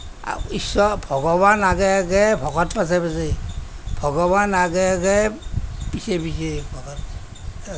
ভগৱান আগে আগে ভকত পাছে পাছে ভগৱান আগে আগে পিছে পিছে ভকত